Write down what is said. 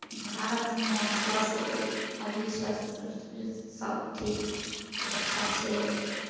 भारतमे स्वस अभी स्वस सभ ठीक अच्छा छै